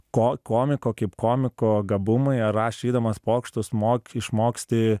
ko komiko kaip komiko gabumai ar rašydamas pokštus moki išmoksti